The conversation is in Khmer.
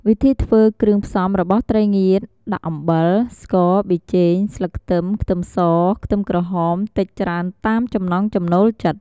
វិធីធ្វើគ្រឿងផ្សំរបស់ត្រីងៀតដាក់អំបិល ស្ករ ប៊ីចេង ស្លឹកខ្ទឹម ខ្ទឹមស ខ្ទឹមក្រហមតិចច្រើនតាមចំណង់ចំណូលចិត្ត។